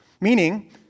Meaning